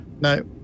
No